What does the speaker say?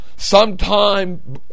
Sometime